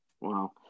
wow